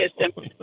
system